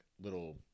little